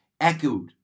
echoed